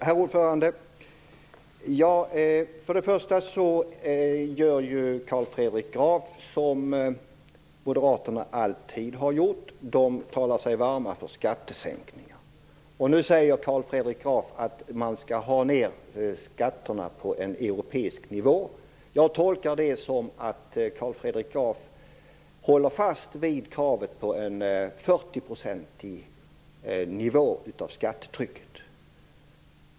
Herr talman! För det första gör ju Carl Fredrik Graf som Moderaterna alltid har gjort. Moderaterna talar sig varma för skattesänkningar. Nu säger Carl Fredrik Graf att man skall ha ned skatterna på en europeisk nivå. Jag tolkar det som att Carl Fredrik Graf håller fast vid kravet på en fyrtioprocentig nivå på skattetrycket.